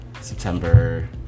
September